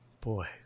boy